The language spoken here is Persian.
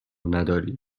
نداری